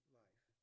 life